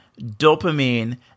dopamine